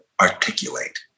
articulate